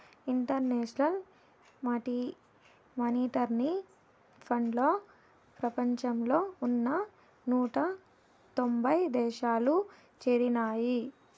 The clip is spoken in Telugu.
ఇంటర్నేషనల్ మానిటరీ ఫండ్లో ప్రపంచంలో ఉన్న నూట తొంభై దేశాలు చేరినాయి